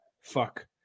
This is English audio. Fuck